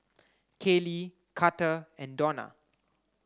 Kaley Carter and Dona